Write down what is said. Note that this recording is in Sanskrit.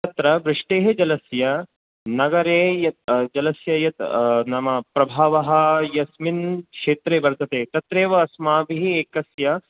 तत्र वृष्टेः जलस्य नगरे यत् जलस्य यत् नाम प्रभावः यस्मिन् क्षेत्रे वर्तते तत्रैव अस्माभिः एकस्य